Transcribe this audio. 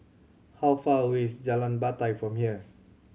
how far away is Jalan Batai from here